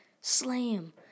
Slam